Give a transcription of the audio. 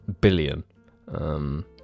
billion